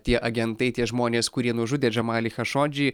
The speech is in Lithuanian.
tie agentai tie žmonės kurie nužudė džamalį chašodžį